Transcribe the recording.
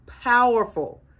Powerful